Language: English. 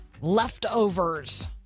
leftovers